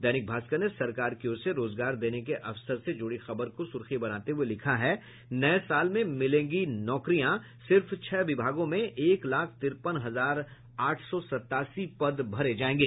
दैनिक भास्कर ने सरकार की ओर से रोजगार देने के अवसर से जुड़ी खबर को सुर्खी बनाते हुये लिखा है नये साल में मिलेंगी नौकरियां सिर्फ छह विभागों में एक लाख तिरपन हजार आठ सौ सतासी पद भरे जायेंगे